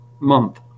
month